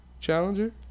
Challenger